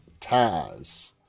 Taz